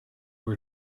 were